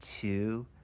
two